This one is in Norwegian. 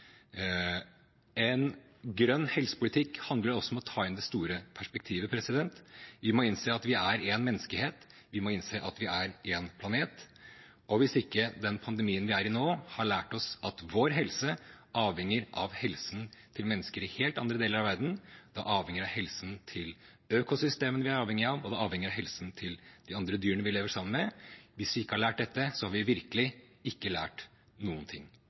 En grønn helsepolitikk handler også om å ta inn det store perspektivet. Vi må innse at vi er én menneskehet, vi må innse at vi er én planet. Hvis ikke den pandemien vi er i nå, har lært oss at vår helse avhenger av helsen til mennesker i helt andre deler av verden, avhenger av helsen til økosystemene vi er avhengig av, og avhenger av helsen til de andre dyrene vi lever sammen med, har vi virkelig ikke lært noe. Hvordan ser grønn helsepolitikk ut i praksis? Jo, det viser vi